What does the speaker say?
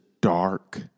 dark